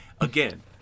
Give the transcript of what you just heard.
Again